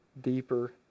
deeper